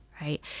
right